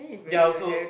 ya also